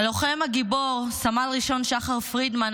הלוחם הגיבור סמל ראשון שחר פרידמן,